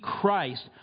christ